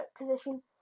position